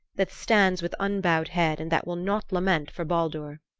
that stands with unbowed head and that will not lament for baldur?